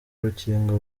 rukingo